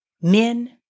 men